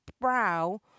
brow